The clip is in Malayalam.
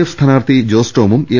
എഫ് സ്ഥാനാർത്ഥി ജോ സ് ടോമും എൽ